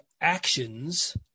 actions